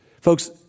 Folks